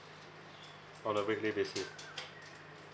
on a weekly basis